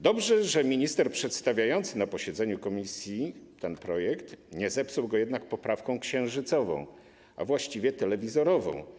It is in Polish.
Dobrze, że minister przedstawiający na posiedzeniu komisji ten projekt nie zepsuł go jednak poprawką księżycową, a właściwie telewizorową.